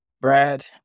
Brad